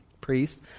priest